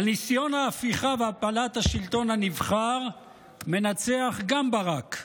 על ניסיון ההפיכה והפלת השלטון הנבחר מנצח גם ברק,